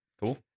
cool